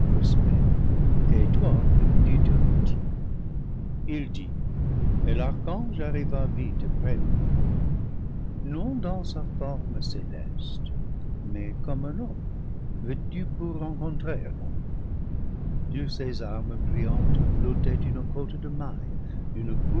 respect et toi que tu te retires il dit et l'archange arriva vite près de lui non dans sa forme céleste mais comme un homme vêtu pour rencontrer un homme sur ses armes brillantes flottait une cotte de mailles d'une